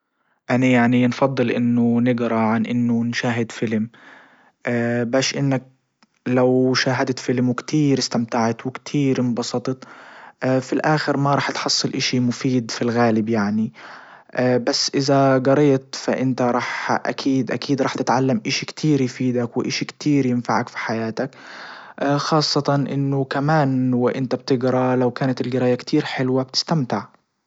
انا يعني نفضل انه نجرا عن انه نشاهد فيلم باش انك لو شاهدت فيلم وكتير استمتعت وكتير انبسطت في الاخر ما راح تحصل اشي مفيد في الغالب يعني بس اذا جريت فانت رح اكيد اكيد رح تتعلم اشي كتيري في واشي كتير ينفعك في حياتك خاصة انه كمان وانت بتجرا لو كانت الجراية كتير حلوة بتستمتع.